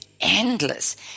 endless